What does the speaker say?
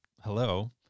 hello